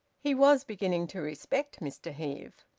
he was beginning to respect mr heve.